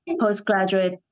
postgraduate